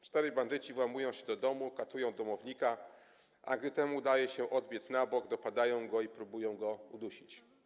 Czterej bandyci włamują się do domu, katują domownika, a gdy temu udaje się uciec na bok, dopadają go i próbują udusić.